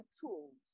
tools